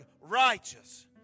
righteous